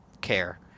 care